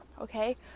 okay